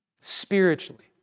spiritually